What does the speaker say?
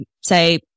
say